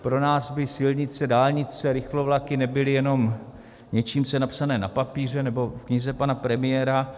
Pro nás by silnice, dálnice, rychlovlaky nebyly jenom něčím, co je napsané na papíře nebo v knize pana premiéra.